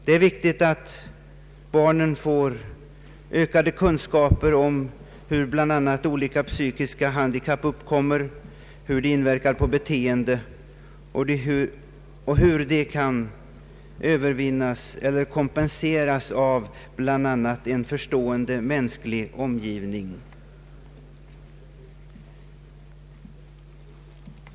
Det är viktigt att barnen får ökade kunskaper om hur bland annat psykiska handikapp uppkommer, hur dessa inverkar på beteendet och hur de kan övervinnas eller kompenseras av bl.a. en förstående och mänsklig omgivning.